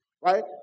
right